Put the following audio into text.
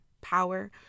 power